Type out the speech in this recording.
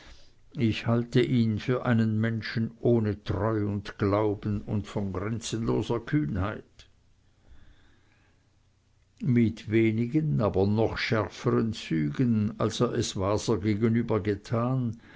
ich halte ihn für einen menschen ohne treu und glauben und von grenzenloser kühnheit mit wenigen aber noch schärfern zügen als er es waser gegenüber getan